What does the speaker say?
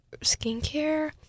skincare